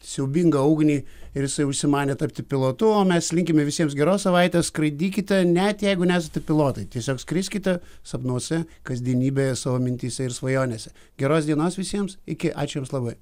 siaubingą ugnį ir jisai užsimanė tapti pilotu o mes linkime visiems geros savaitės skraidykite net jeigu nesate pilotai tiesiog skriskite sapnuose kasdienybėje savo mintyse ir svajonėse geros dienos visiems iki ačiū jums labai